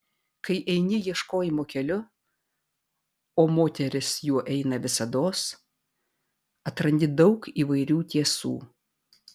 kai eini ieškojimo keliu o moteris juo eina visados atrandi daug įvairių tiesų